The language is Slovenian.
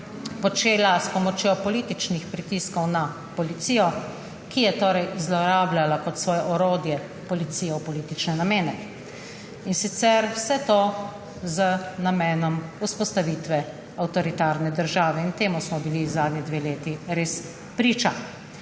počela s pomočjo političnih pritiskov na policijo, ki je torej zlorabljala kot svoje orodje policijo v politične namene. In sicer vse to z namenom vzpostavitve avtoritarne države. Temu smo bili zadnji dve leti res priča.